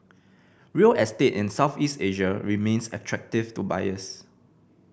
real estate in Southeast Asia remains attractive to buyers